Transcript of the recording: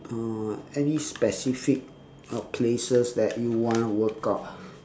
uh any specific places that you want to workout